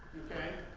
okay?